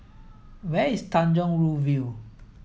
where is Tanjong Rhu View